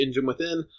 EngineWithin